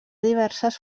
diverses